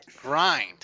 Grind